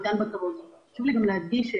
חשוב לי להדגיש,